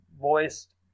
voiced